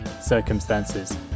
circumstances